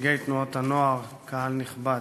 נציגי תנועות הנוער, קהל נכבד,